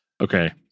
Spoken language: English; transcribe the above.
Okay